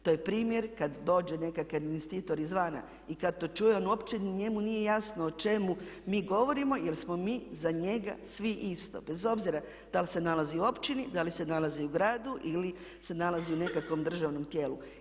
To je primjer kad dođe nekakav investitor izvana i kad to čuje njemu nije jasno o čemu mi govorimo jer smo mi za njega svi isto bez obzira da li se nalazi u općini, da li se nalazi u gradu ili se nalazi u nekakvom državnom tijelu.